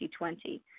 2020